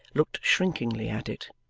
looked shrinkingly at it.